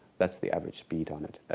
that's the average speed on it, ah,